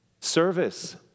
service